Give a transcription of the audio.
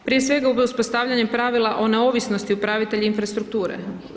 Prije svega uspostavljanjem pravila o neovisnosti upravitelja infrastrukture.